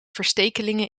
verstekelingen